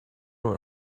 over